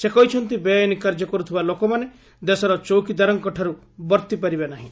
ସେ କହିଛନ୍ତି ବେଆଇନ କାର୍ଯ୍ୟ କରୁଥିବା ଲୋକମାନେ ଦେଶର ଚୌକିଦାରଙ୍କ ଠାରୁ ବର୍ତ୍ତି ପାରିବେ ନାହିଁ